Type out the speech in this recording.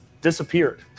disappeared